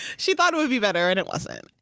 she thought it would be better, and it wasn't.